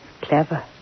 Clever